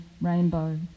rainbow